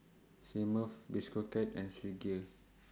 Smirnoff Bistro Cat and Swissgear